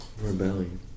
Rebellion